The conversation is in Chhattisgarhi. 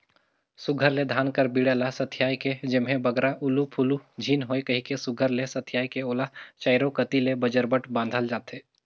सुग्घर ले धान कर बीड़ा ल सथियाए के जेम्हे बगरा उलु फुलु झिन होए कहिके सुघर ले सथियाए के ओला चाएरो कती ले बजरबट बाधल जाथे